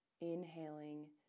Inhaling